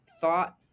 thought